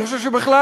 אני חושב שבכלל,